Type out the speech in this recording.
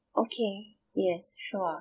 okay yes sure